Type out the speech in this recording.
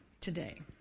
today